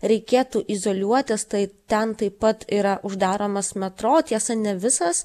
reikėtų izoliuotis tai ten taip pat yra uždaromas metro tiesa ne visas